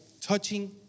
Touching